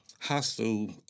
hostile